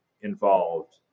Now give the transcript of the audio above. involved